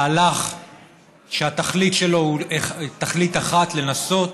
מהלך שהתכלית שלו היא תכלית אחת: לנסות